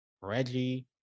Reggie